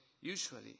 usually